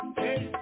hey